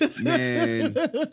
man